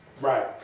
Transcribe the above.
right